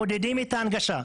מעודדים את ההנגשה.